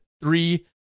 three